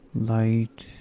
light,